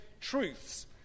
truths